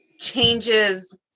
changes